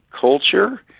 culture